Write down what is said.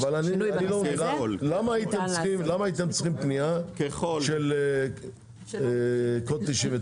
- למה הייתם צריכים פנייה של קוד 99?